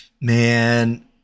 Man